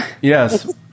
yes